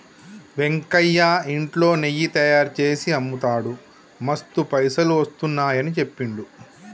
వెంకయ్య ఇంట్లో నెయ్యి తయారుచేసి అమ్ముతాడు మస్తు పైసలు వస్తున్నాయని చెప్పిండు